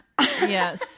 Yes